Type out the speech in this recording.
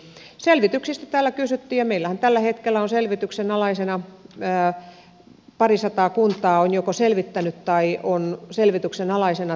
selvityksistä täällä kysyttiin ja meillähän tällä hetkellä parisataa kuntaa on joko selvittänyt tai on selvityksen alaisena